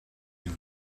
been